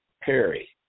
Perry